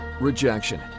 rejection